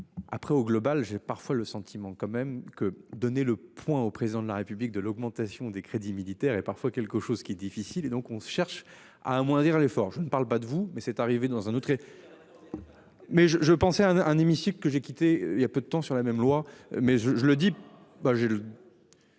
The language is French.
Après au global, j'ai parfois le sentiment quand même que donner le point au président de la République de l'augmentation des crédits militaires et parfois quelque chose qui est difficile et donc on se cherche à à moins à dire à l'effort, je ne parle pas de vous mais c'est arrivé dans un autre. Mais je je pensais un un hémicycle que j'ai quitté il y a peu de temps sur la même loi mais je, je le dis,